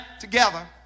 together